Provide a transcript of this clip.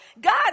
God